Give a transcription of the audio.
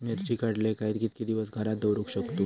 मिर्ची काडले काय कीतके दिवस घरात दवरुक शकतू?